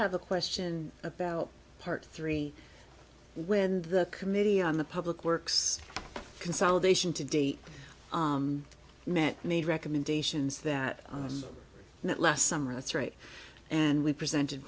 have a question about part three when the committee on the public works consolidation today met made recommendations that met last summer that's right and we presented